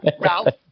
Ralph